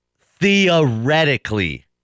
theoretically